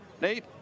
Nate